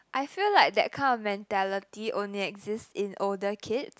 I feel like that kind of mentality only exists in older kids